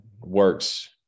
works